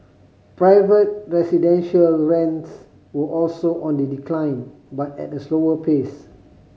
private residential rents were also on the decline but at a slower pace